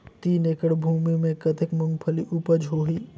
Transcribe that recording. तीन एकड़ भूमि मे कतेक मुंगफली उपज होही?